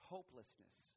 Hopelessness